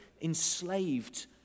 enslaved